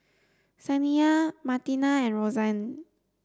Saniya Martina and Rosanne